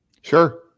Sure